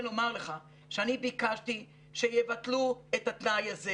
לומר לך שאני ביקשתי שיבטלו את התנאי הזה.